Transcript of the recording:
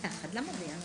שלום אדוני היושב-ראש,